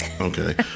Okay